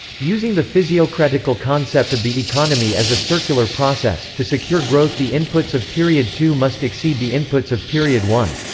using the physiocratical concept of the economy as a circular process, to secure growth the inputs of period two must exceed the inputs of period one.